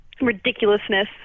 ridiculousness